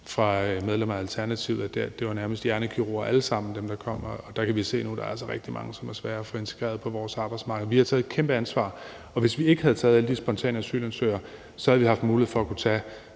bl.a. medlemmer af Alternativet – det var nærmest alle sammen hjernekirurger, som kom, og der kan vi se nu, at der altså er rigtig mange, som er svære at få integreret på vores arbejdsmarked. Vi har taget et kæmpe ansvar, og hvis vi ikke havde taget alle de spontane asylansøgere, havde vi haft mulighed for at kunne tage